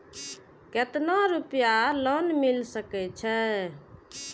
केतना रूपया लोन मिल सके छै?